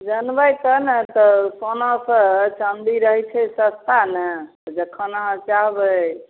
जानबै तऽ ने सर सोनासँ चाँदी रहै छै सस्ता ने जखन अहाँ चाहबै